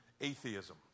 atheism